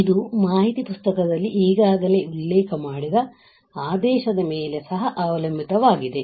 ಇದು ಮಾಹಿತಿ ಪುಸ್ತಕದಲ್ಲಿ ಈಗಾಗಲೇ ಉಲ್ಲೇಖ ಮಾಡಿದ ಆದೇಶದ ಮೇಲೆ ಸಹ ಅವಲಂಬಿತವಾಗಿದೆ